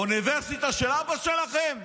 האוניברסיטה של אבא שלכם?